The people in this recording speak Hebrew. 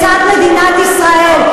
אני בעד מדינה פלסטינית לצד מדינת ישראל.